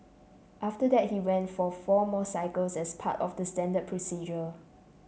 after that he went for four more cycles as part of the standard procedure